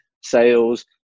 sales